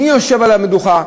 מי יושב על המדוכה,